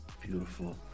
Beautiful